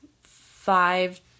five